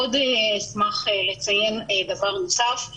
עוד אשמח לציין דבר נוסף.